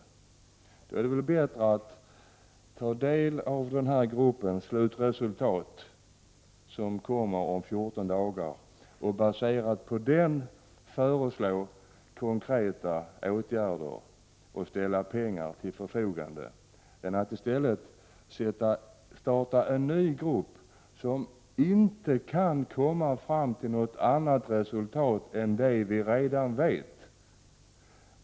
Nog vore det väl bättre att ta del av gruppens slutresultat, som kommer om 14 dagar, och med det som bas föreslå konkreta åtgärder och ställa pengar till förfogande, än att starta en ny grupp som inte kan komma fram till något annat resultat än det vi redan har?